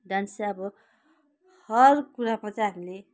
dance चाहिँ अब हर कुराको चाहिँ हामीले